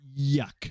yuck